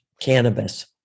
cannabis